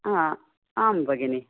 आम् भगिनी